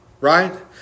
Right